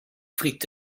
friet